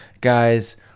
guys